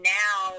now